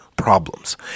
problems